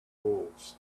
wolves